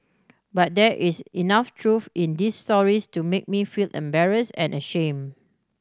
but there is enough truth in these stories to make me feel embarrassed and ashamed